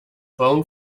bone